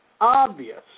obvious